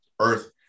Earth